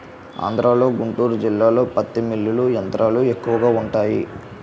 ఆంధ్రలో గుంటూరు జిల్లాలో పత్తి మిల్లులు యంత్రాలు ఎక్కువగా వుంటాయి